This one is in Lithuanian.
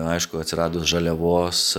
aišku atsiradus žaliavos